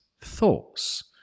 thoughts